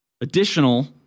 additional